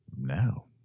no